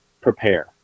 prepare